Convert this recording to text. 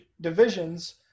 divisions